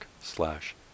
slash